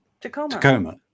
Tacoma